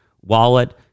Wallet